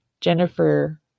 Jennifer